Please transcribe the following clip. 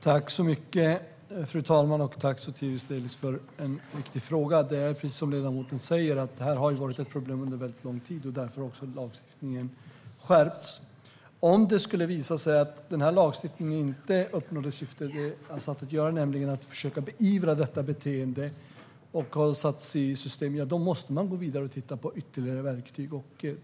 Fru talman! Jag tackar Sotiris Delis för en viktig fråga. Precis som ledamoten säger har detta varit ett problem under mycket lång tid. Därför har lagstiftningen skärpts. Om det skulle visa sig att man inte uppnår syftet med denna lagstiftning, att försöka beivra det beteende som har satts i system, måste man gå vidare och titta på ytterligare verktyg.